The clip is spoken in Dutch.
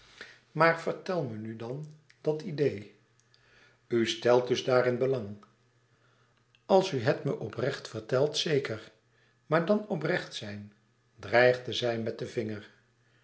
maar vertel me nu van dat idee u stelt dus daarin belang louis couperus extaze een boek van geluk als u het me oprecht vertelt zeker maar dan oprecht zijn dreigde zij met den vinger